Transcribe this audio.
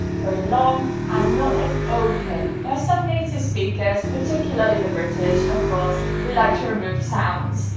very long and not as open. now some native speakers, particularly the british, of course, we like to remove sounds,